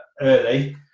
early